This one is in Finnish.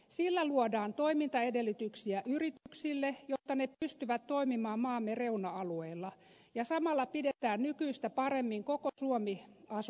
sillä luodaan toimintaedellytyksiä yrityksille jotta ne pystyvät toimimaan maamme reuna alueilla ja samalla pidetään nykyistä paremmin koko suomi asuttuna